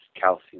calcium